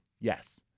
Yes